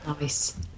Nice